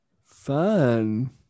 fun